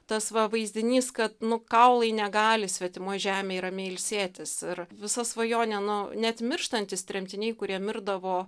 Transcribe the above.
tas va vaizdinys kad nu kaulai negali svetimoj žemėj ramiai ilsėtis ir visa svajonė nu net mirštantis tremtiniai kurie mirdavo